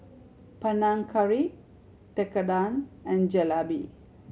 Panang Curry Tekkadon and Jalebi